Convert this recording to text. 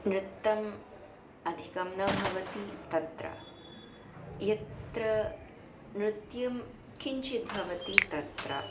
नृत्तम् अधिकं न भवति तत्र यत्र नृत्यं किञ्चित् भवति तत्र